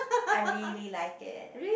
I really like it